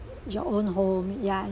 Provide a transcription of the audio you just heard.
your own home ya